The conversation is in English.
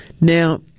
Now